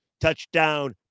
Touchdown